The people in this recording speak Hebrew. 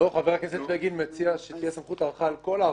חבר הכנסת בגין מציע שתהיה סמכות הארכה על כל העוונות,